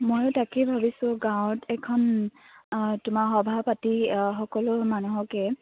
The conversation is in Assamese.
ময়ো তাকেই ভাবিছোঁ গাঁৱত এখন তোমাৰ সভা পাতি সকলো মানুহকে